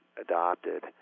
adopted